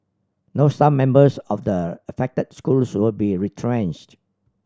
no staff members of the affected schools will be retrenched